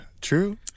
True